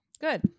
good